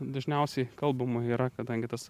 dažniausiai kalbama yra kadangi tas